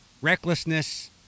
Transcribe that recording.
recklessness